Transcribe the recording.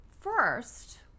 First